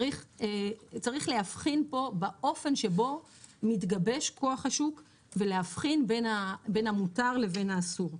צריך להבחין פה באופן שבו מתגבש כוח השוק ולהבחין בין המותר לבין האסור,